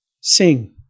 sing